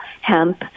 hemp